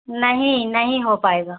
نہیں نہیں ہو پائے گا